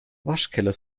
waschkeller